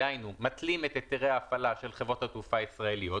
דהיינו מתלים את היתרי ההפעלה של חברות התעופה הישראליות,